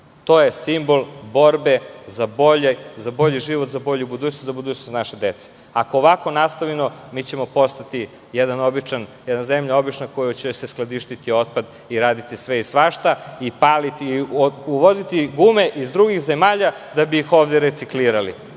To je simbol borbe za bolji život, za bolju budućnost, za budućnost naše dece. Ako ovako nastavimo postaćemo jedna obična zemlja u kojoj će se skladištiti otpad i raditi sve i svašta, uvoziti gume iz drugih zemalja da bi ih ovde reciklirali,